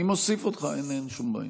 אני מוסיף אותך, אין שום בעיה.